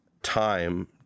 time